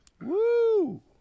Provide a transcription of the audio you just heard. Woo